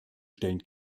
stellen